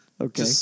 Okay